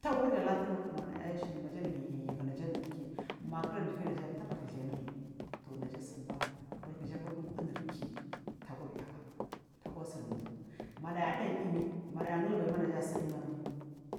Tagnya latina manaya shili naga ame hihi naja ununyki magukna unurki naja atabani thuttum anunmal, toh naja asamba aburi nagu anurki mai, tagurya kan taguas mamaya anay emi manaya gulbai ma naja asa emin mai